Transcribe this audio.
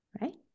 right